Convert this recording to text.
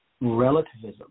relativism